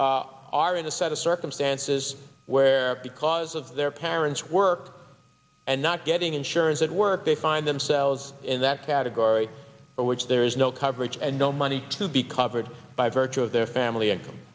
are in a set of circumstances where because of their parents work and not getting insurance at work they find themselves in that category for which there is no coverage and no money to be covered by virtue of their fa